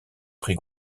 prix